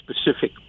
specific